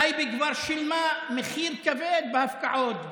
טייבה כבר שילמה מחיר כבד בהפקעות,